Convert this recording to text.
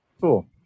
Cool